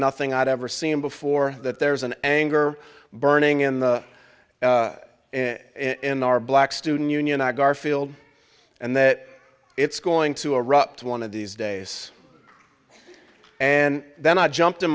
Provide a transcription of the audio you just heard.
nothing i've ever seen before that there's an anger burning in the in our black student union i garfield and that it's going to erupt one of these days and then i jumped in